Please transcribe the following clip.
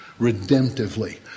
Redemptively